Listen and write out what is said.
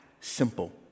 simple